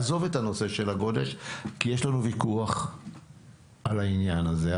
עזוב את נושא הגודש כי יש לנו ויכוח בעניין הזה.